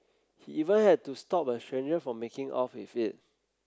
he even had to stop a stranger from making off with it